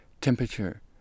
temperature